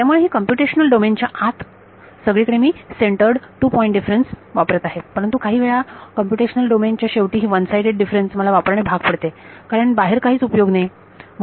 त्यामुळे ही computational domain च्या आत सगळीकडे मी सेंटर्ड टू पॉईंट डिफरेन्स वापरत आहे परंतु काही वेळाच कंप्यूटेशनल डोमेन च्या शेवटी ही वन साईडेड डिफरेन्स मला वापरणे भाग पडते कारण बाहेर काहीच उपयोग नाही